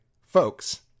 folks